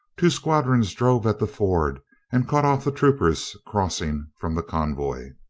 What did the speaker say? two squadrons drove at the ford and cut off the troopers crossing from the convoy.